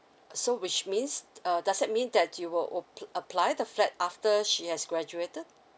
so which means uh does that mean that you will op~ apply the flat after she has graduated